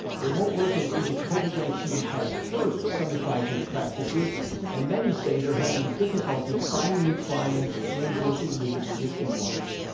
remote work in the age of covid nineteen has hurt some advisors practices and many say they're having difficulty finding new clients and working with existing ones.